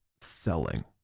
selling